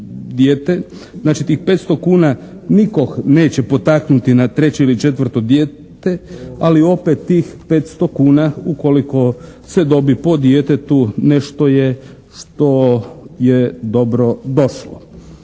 znači tih 500 kuna nitko neće potaknuti na treće ili četvrto dijete. Ali opet tih 500 kuna ukoliko se dobi po djetetu nešto je što je dobro došlo.